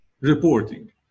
reporting